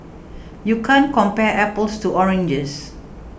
you can't compare apples to oranges